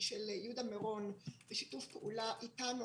של יהודה מירון בשיתוף פעולה איתנו.